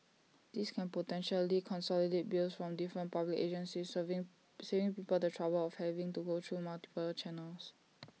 this can potentially consolidate bills from different public agencies saving saving people the trouble of having to go through multiple channels